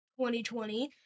2020